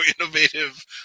innovative